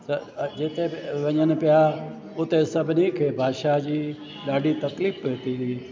त जिते बि वञनि पिया उते सभिनी खे भाषा जी ॾाढी तकलीफ़ पवंदी हुई